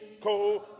cold